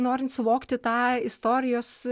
norint suvokti tą istorijos